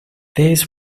this